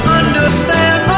understand